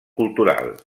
cultural